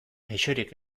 gaixorik